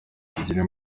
tugere